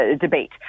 debate